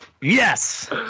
Yes